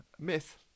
myth